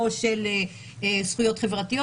או של זכויות חברתיות.